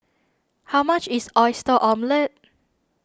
how much is Oyster Omelette